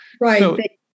Right